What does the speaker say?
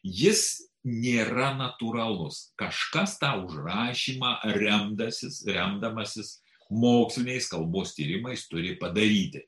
jis nėra natūralus kažkas tą užrašymą remdamasis remdamasis moksliniais kalbos tyrimais turi padaryti